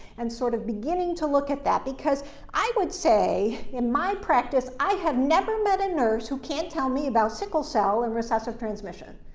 and sort of beginning to look at that, because i would say, say, in my practice, i have never met a nurse who can't tell me about sickle cell and recessive transmission.